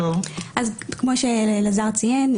כמו שאלעזר ציין,